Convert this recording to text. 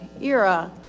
era